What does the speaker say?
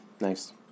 Nice